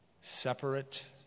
separate